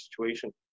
situation